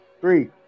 three